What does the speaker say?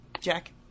Jack